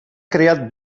creat